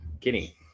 Kenny